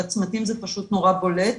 בצמתים זה פשוט נורא בולט.